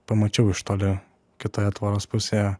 pamačiau iš toli kitoje tvoros pusėje